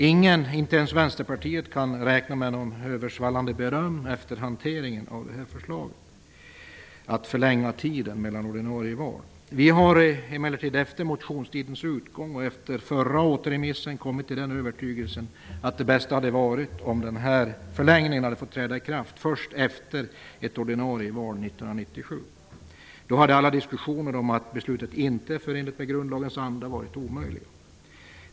Ingen, inte ens Vänsterpartiet, kan räkna med något översvallande beröm efter hanteringen av förslaget att förlänga tiden mellan ordinarie val. Vi har emellertid efter motionstidens utgång och efter förra återremissen kommit till den övertygelsen att det bästa hade varit om förlängningen hade fått träda i kraft först efter ett ordinarie val 1997. Då hade alla diskussioner om att beslutet inte är förenligt med grundlagens anda varit omöjliga.